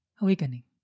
awakening